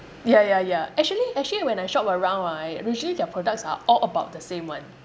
ya ya ya actually actually when I shop around right usually their products are all about the same [one]